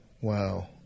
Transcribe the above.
Wow